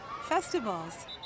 Festivals